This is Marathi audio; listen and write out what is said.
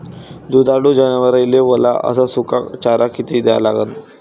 दुधाळू जनावराइले वला अस सुका चारा किती द्या लागन?